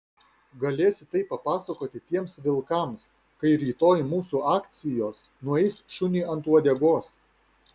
galėsi tai papasakoti tiems vilkams kai rytoj mūsų akcijos nueis šuniui ant uodegos